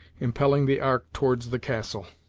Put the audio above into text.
impelling the ark towards the castle.